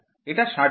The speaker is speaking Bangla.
এটা ৬০ ডিগ্রি